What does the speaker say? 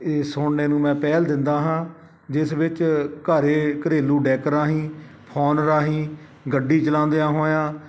ਇਹ ਸੁਣਨੇ ਨੂੰ ਮੈਂ ਪਹਿਲ ਦਿੰਦਾ ਹਾਂ ਜਿਸ ਵਿੱਚ ਘਾਰੇ ਘਰੇਲੂ ਡੈੱਕ ਰਾਹੀਂ ਫ਼ੋਨ ਰਾਹੀਂ ਗੱਡੀ ਚਲਾਉਂਦਿਆਂ ਹੋਇਆਂ